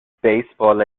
baseball